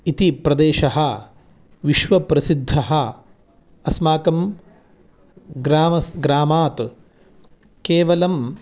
इति प्रदेशः विश्वप्रसिद्धः अस्माकंग्रामस् ग्रामात् केवलम्